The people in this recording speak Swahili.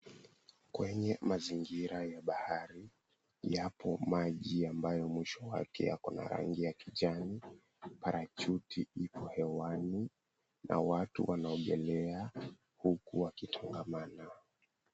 Kwenye mazingira ya bahari yapo maji ambayo mwisho wake yako na rangi ya kijani. Parachuti ipo hewani na watu wanaogelea huku wakitengamana.